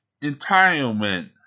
entitlement